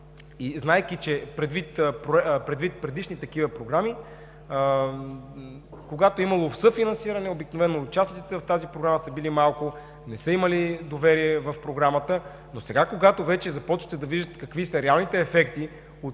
и знаейки, предвид предишни такива Програми, когато е имало съфинансиране, обикновено участниците в тази Програма са били малко, не са имали доверие в Програмата, но сега, когато вече започват да се виждат какви са реалните ефекти